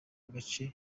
agace